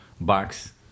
box